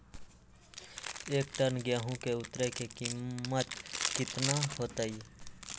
एक टन गेंहू के उतरे के कीमत कितना होतई?